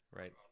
right